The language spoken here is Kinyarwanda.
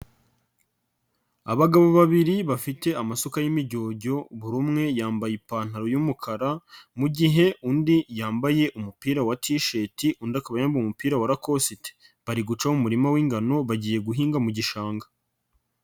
Abagabo babiri bafite amasuka y'imijyojyo, buri umwe yambaye ipantaro y'umukara, mu gihe undi yambaye umupira wa ti sheti, undi akaba yambaye umupira wa lakosite, bari guca mu umurima w'ingano bagiye guhinga mu gishanga.